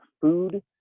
food